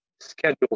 Schedules